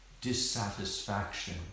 dissatisfaction